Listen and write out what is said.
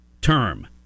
term